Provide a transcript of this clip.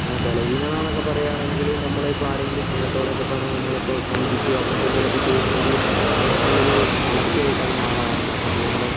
ബലഹീനതാന്നൊക്കെ പറയുകയാണെങ്കിൽ നമ്മളെയിപ്പോൾ ആരെങ്കിലും സ്നേഹത്തോടെയൊക്കെ പറഞ്ഞാൽ നമ്മൾ ഇപ്പോൾ വഞ്ചിക്കുവോ അങ്ങനത്തെ എന്തേലും ഒക്കെ ചെയ്യുവാണെങ്കിൽ നമുക്കതൊരു തളർച്ചയായിട്ടൊക്കെ മാറാറുണ്ട് അപ്പം നമ്മുടെ